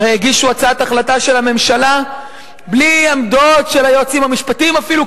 הרי הגישו הצעת החלטה של הממשלה בלי עמדות של היועצים המשפטיים אפילו,